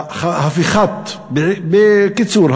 בקיצור,